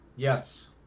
Yes